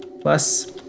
plus